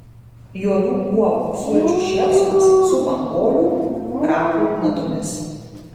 juodų uogų sulčių šėlsmas su pankolių krapų natomis